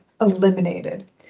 eliminated